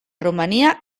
romania